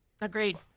Agreed